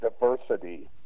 diversity